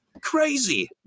crazy